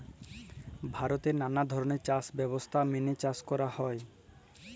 ভারতে লালা ধরলের চাষ ব্যবস্থা মেলে চাষ ক্যরা হ্যয়